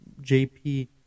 JP